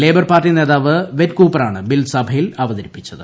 labour party നേതാവ് Yvette കൂപ്പറാണ് bill സഭയിൽ അവതരിപ്പിച്ചത്